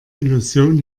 illusion